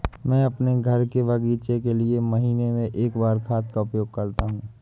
मैं अपने घर के बगीचे के लिए महीने में एक बार खाद का उपयोग करता हूँ